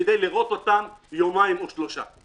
כדי לראות את המשפחה במשך יומיים או שלושה.